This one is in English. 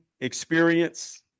experience